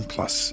Plus